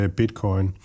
bitcoin